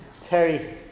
Terry